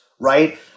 right